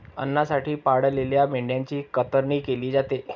अन्नासाठी पाळलेल्या मेंढ्यांची कतरणी केली जाते